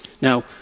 Now